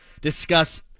discuss